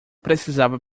precisava